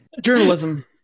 Journalism